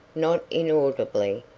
not inaudibly,